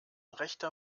rechter